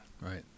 right